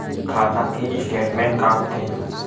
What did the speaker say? खाता के स्टेटमेंट का होथे?